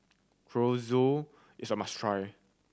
chorizo is a must try